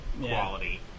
quality